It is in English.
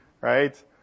right